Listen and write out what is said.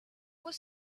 was